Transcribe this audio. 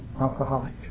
alcoholic